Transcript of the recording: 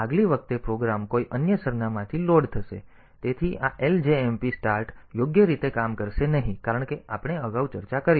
તેથી આગલી વખતે પ્રોગ્રામ કોઈ અન્ય સરનામાંથી લોડ થશે તેથી આ ljmp સ્ટાર્ટ યોગ્ય રીતે કામ કરશે નહીં કારણ કે આપણે અગાઉ ચર્ચા કરી છે